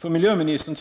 För miljöministern